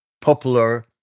popular